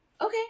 Okay